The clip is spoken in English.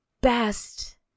best